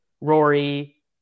Rory